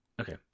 Okay